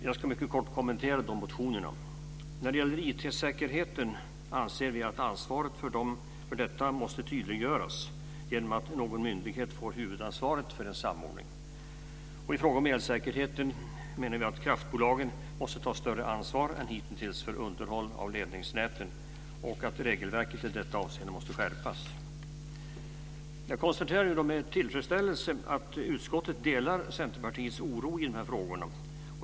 Jag ska mycket kort kommentera motionerna. När det gäller IT-säkerheten anser vi att ansvaret för detta måste tydliggöras genom att någon myndighet får huvudansvaret för en samordning. I fråga om elsäkerheten menar vi att kraftbolagen måste ta större ansvar än hitintills för underhåll av ledningsnäten. Regelverket i detta avseende måste skärpas. Jag konstaterar med tillfredsställelse att utskottet delar Centerpartiets oro i frågan.